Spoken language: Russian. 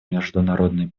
международной